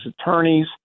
attorneys